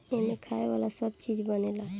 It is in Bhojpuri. एमें खाए वाला सब चीज बनेला